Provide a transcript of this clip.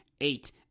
eight